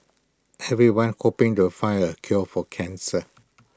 everyone hoping to find the cure for cancer